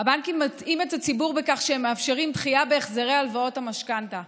הבנקים מטעים את הציבור בכך שהם מאפשרים דחייה בהחזרי הלוואות המשכנתה,